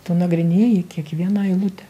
tu nagrinėji kiekvieną eilutę